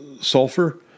Sulfur